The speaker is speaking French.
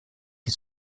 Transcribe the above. qui